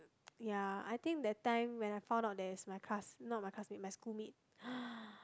ya I think that time when I found out that is my class not my classmate my schoolmate